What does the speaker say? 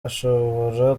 ashobora